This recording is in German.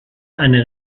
eine